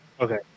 Okay